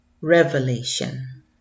Revelation